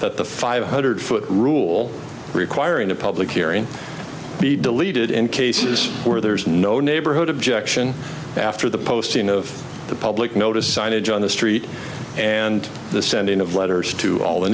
that the five hundred foot rule requiring a public hearing be deleted in cases where there is no neighborhood objection after the posting of the public notice signage on the street and the sending of letters to all the